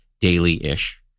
daily-ish